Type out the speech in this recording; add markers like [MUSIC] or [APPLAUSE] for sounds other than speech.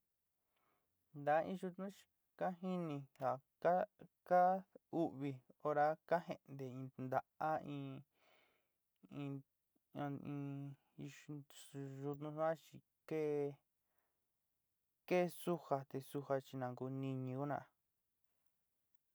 Taán iyo nu chi ka jiní ja ka ka uúvi hora ka jeénte in ntaá in in in [UNINTELLIGIBLE] keé keé suja te suja chi nan kuniniun na.